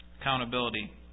Accountability